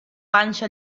panxa